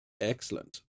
Excellent